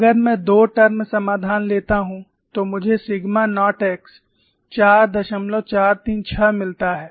अगर मैं दो टर्म समाधान लेता हूं तो मुझे सिग्मा नॉट x 4436 मिलता है